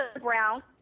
Brown